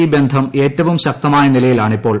E ബന്ധം ഏറ്റവും ശക്തമായ നിലയിലാണിപ്പോൾ